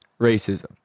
racism